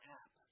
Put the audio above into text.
app